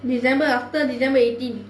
december after december eighteen